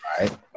Right